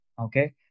Okay